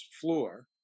floor